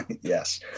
Yes